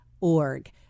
org